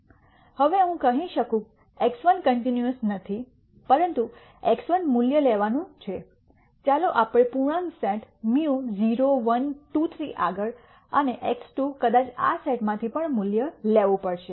હવે હું કહી શકું x1 કન્ટિન્યૂઅસ નથી પરંતુ x1 મૂલ્ય લેવાનું છે ચાલો આપણે આ પૂર્ણાંક સેટ μ 0 1 2 3 થી આગળ અને x2 કદાચ આ સેટમાંથી પણ મૂલ્ય લેવું પડશે